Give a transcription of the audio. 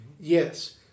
yes